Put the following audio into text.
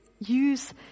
use